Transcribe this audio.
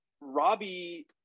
Robbie